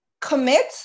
commit